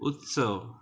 उत्सव